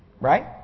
right